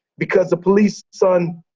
because the police, son,